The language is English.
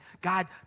God